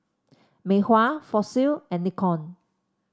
Mei Hua Fossil and Nikon